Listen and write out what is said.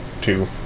two